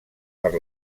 per